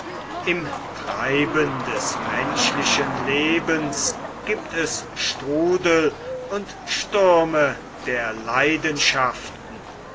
im treiben des menschlichen lebens giebt es strudel und stürme der leidenschaften